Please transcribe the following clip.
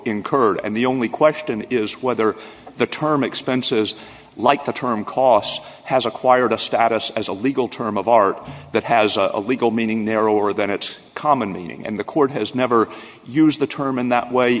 incurred and the only question is whether the term expenses like the term cost has acquired a status as a legal term of art that has a legal meaning narrower than its common meaning and the court has never used the term in that way